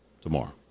tomorrow